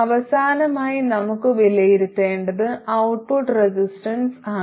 അവസാനമായി നമുക്ക് വിലയിരുത്തേണ്ടത് ഔട്ട്പുട്ട് റെസിസ്റ്റൻസാണ്